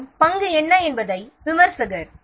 மற்றும் பங்கு என்ன என்பதை விமர்சகர்